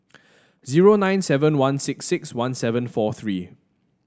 zero nine seven one six six one seven four three